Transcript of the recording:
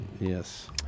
Yes